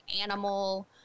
animal